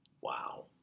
wow